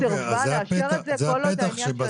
סירבה לאשר את זה כל עוד העניין של --- אז זה הפתח